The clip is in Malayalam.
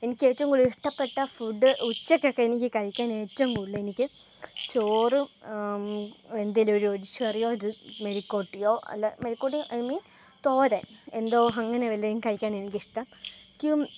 എനിക്കേറ്റവും കൂടുതലിഷ്ടപ്പെട്ട ഫുഡ്ഡ് ഉച്ചക്കൊക്കെ എനിക്കു കഴിക്കാൻ ഏറ്റവും കൂടുതലെനിക്ക് ചോറും എന്തെലുമൊരു ഒഴിച്ചു കറിയൊ മെഴുക്കു പുരട്ടിയൊ അല്ല മെഴുക്കു പുരട്ടി ഐ മീൻ തോരൻ എന്തോ അങ്ങനെ വല്ലതും കഴിക്കാനാണ് എനിക്കിഷ്ടം ക്യും